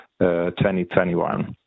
2021